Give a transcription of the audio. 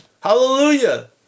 Hallelujah